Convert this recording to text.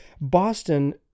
Boston